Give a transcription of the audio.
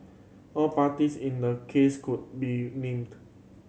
all parties in the case could be named